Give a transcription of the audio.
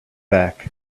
back